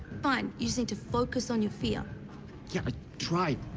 fine. you just need to focus on you fear. yeah, i tried.